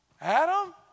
Adam